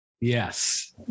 Yes